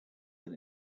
that